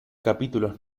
capítulos